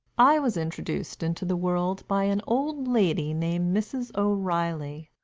i was introduced into the world by an old lady named mrs. o'reilly.